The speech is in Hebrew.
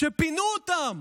כשפינו אותם,